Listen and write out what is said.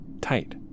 Tight